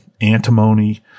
antimony